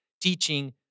teaching